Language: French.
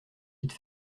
vite